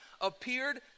appeared